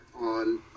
on